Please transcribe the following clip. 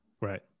right